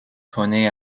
tournée